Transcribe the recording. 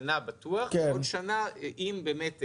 שנה בטוח ועוד שנה, אם יש צורך.